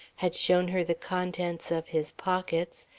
had shown her the contents of his pockets,